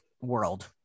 world